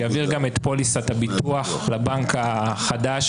שיעביר גם את פוליסת הביטוח לבנק החדש,